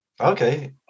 Okay